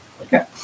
Okay